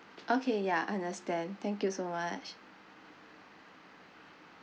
okay ya understand thank you so much